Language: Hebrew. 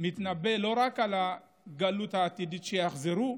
מתנבא לא רק על הגלות העתידית שיחזרו,